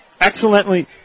excellently